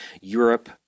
Europe